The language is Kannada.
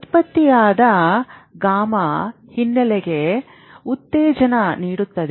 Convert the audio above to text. ಉತ್ಪತ್ತಿಯಾದ ಸ್ಪೈಕ್ಗಳು ಗಾಮಾ ಹಿನ್ನೆಲೆಗೆ ಉತ್ತೇಜನ ನೀಡುತ್ತವೆ